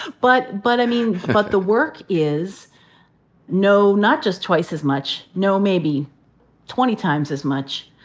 but but, i mean, but the work is no, not just twice as much, no, maybe twenty times as much,